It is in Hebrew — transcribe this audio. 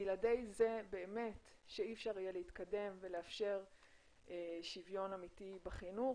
בלעדי זה אי אפשר יהיה להתקדם ולאפשר שוויון אמיתי בחינוך.